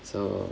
so